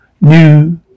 new